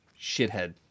shithead